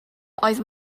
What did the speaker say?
oedd